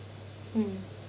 mm